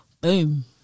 boom